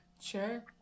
sure